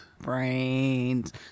brains